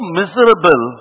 miserable